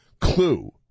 clue